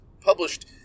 published